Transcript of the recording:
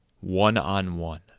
one-on-one